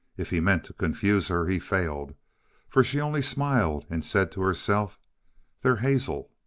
if he meant to confuse her, he failed for she only smiled and said to herself they're hazel.